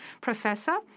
Professor